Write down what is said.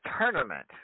tournament